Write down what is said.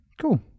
cool